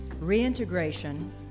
reintegration